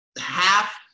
half